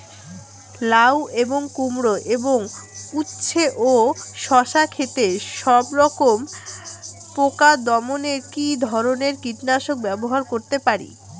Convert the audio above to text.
লাউ এবং কুমড়ো এবং উচ্ছে ও শসা ক্ষেতে সবরকম পোকা দমনে কী ধরনের কীটনাশক ব্যবহার করতে পারি?